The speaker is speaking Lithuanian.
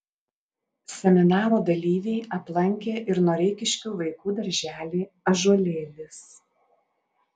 seminaro dalyviai aplankė ir noreikiškių vaikų darželį ąžuolėlis